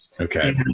Okay